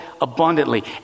abundantly